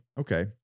okay